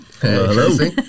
Hello